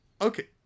Okay